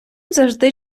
завжди